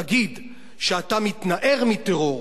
תגיד שאתה מתנער מטרור,